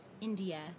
India